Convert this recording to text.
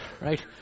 right